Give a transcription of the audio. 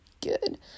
good